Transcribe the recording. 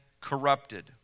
corrupted